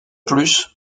plus